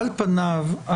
על פניו,